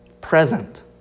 present